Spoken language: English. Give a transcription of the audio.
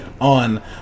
on